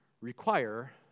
require